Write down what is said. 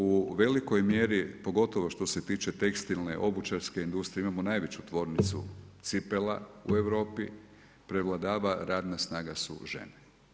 U velikoj mjeri pogotovo što se tiče tekstilne, obućarske industrije imamo najveću tvornicu cipela u Europi, prevlada radna snaga su žene.